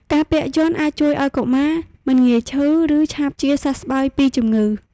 ការពាក់យ័ន្តអាចជួយឱ្យកុមារមិនងាយឈឺ ឬឆាប់ជាសះស្បើយពីជំងឺ។